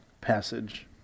passage